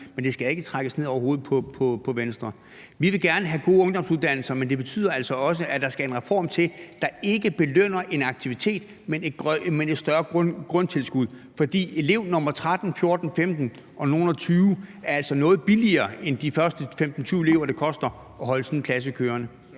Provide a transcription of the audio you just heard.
Men det skal ikke trækkes ned over hovedet på Venstre. Vi vil gerne have gode ungdomsuddannelser, men det betyder altså også, at der skal en reform til, der ikke belønner en aktivitet, men giver et større grundtilskud. For elev nr. 13, 14, 15 og nogleogtyve er altså noget billigere, end hvad de første elever koster, når man skal holde sådan en klasse kørende.